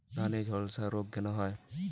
ধানে ঝলসা রোগ কেন হয়?